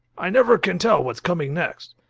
i never can tell what's coming next.